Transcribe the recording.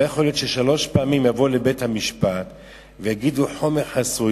לא יכול להיות ששלוש פעמים יבואו לבית-המשפט ויגידו: חומר חסוי,